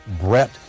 Brett